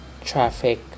Traffic